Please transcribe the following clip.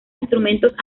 instrumentos